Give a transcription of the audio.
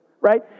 right